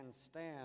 stand